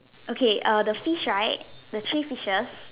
okay err the fish right the three fishes